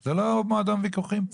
זה לא מועדון ויכוחים פה.